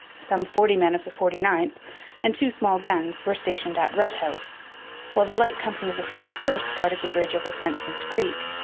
some forty men of the forty ninth and two small guns were stationed at red house while the light company of the forty first guarded the bridge over frenchman's creek.